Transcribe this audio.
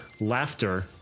laughter